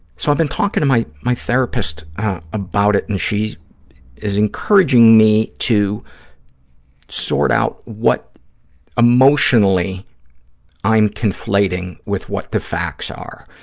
so, i've been talking to my my therapist about it and she is encouraging me to sort out what emotionally i'm conflating with what the facts are,